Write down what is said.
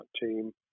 team